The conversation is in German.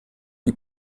die